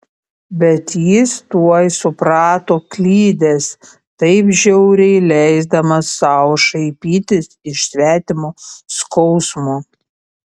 bet jis tuoj suprato klydęs taip žiauriai leisdamas sau šaipytis iš svetimo skausmo